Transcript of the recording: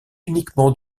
uniquement